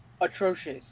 atrocious